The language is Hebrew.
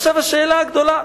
ועכשיו השאלה הגדולה.